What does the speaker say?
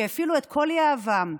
שהטילו את כל יהבם,